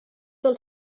del